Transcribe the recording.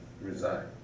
Resign